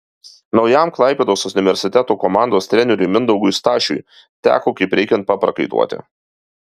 naujam klaipėdos universiteto komandos treneriui mindaugui stašiui teko kaip reikiant paprakaituoti